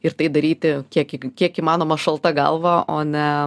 ir tai daryti kiek kiek įmanoma šalta galva o ne